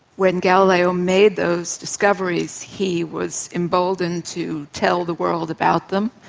when galileo made those discoveries he was emboldened to tell the world about them,